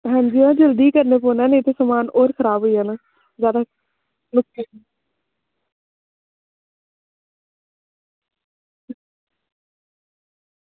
आं जी जल्दी करना पौना नेईं तां होर समान खराब होई जाना ओके जी